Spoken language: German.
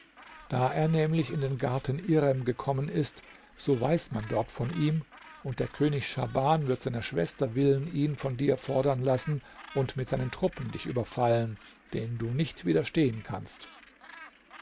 da er nämlich in den garten irem gekommen ist so weiß man dort von ihm und der könig schahban wird seiner schwester willen ihn von dir fordern lassen und mit seinen truppen dich überfallen denen du nicht widerstehen kannst